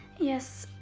yes,